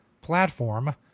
platform